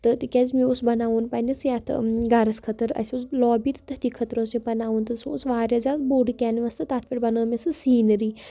تہٕ تِکیٛازِ مےٚ اوس بَناوُن پنٛنِس یَتھ گَرَس خٲطرٕ اَسہِ اوس لابی تہٕ تٔتھی خٲطرٕ اوس یہِ بَناوُن تہٕ سُہ اوس واریاہ زیادٕ بوٚڑ کیٚنواس تہٕ تَتھ پٮ۪ٹھ بَنٲو مےٚ سُہ سیٖنری